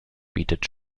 bietet